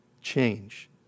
change